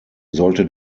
sollte